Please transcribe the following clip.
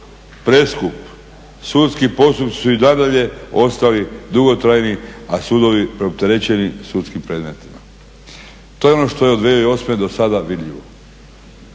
preskup, sudski postupci su i nadalje ostali dugotrajni, a sudovi preopterećeni sudskim predmetima. To je ono što je od 2008. do sada vidljivo.